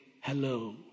hello